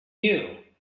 you